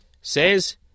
says